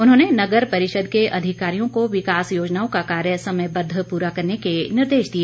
उन्होंने नगर परिषद के अधिकारियों को विकास योजनाओं का कार्य समयबद्ध पूरा करने के निर्देश दिए